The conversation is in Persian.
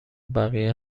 بقیه